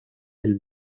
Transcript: del